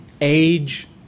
age